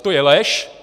To je lež.